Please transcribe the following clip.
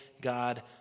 God